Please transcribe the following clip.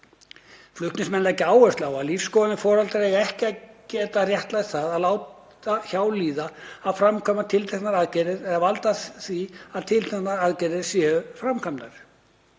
Flutningsmenn leggja áherslu á að lífsskoðanir foreldra eigi ekki að geta réttlætt það að láta hjá líða að framkvæma tiltekna aðgerð eða valda því að tilteknar aðgerðir séu framkvæmdar.